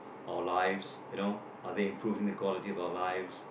our lives you know are they improving the quality of our lives